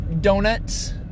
donuts